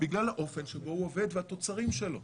בגלל האופן שבו הוא עובד והתוצרים שלו.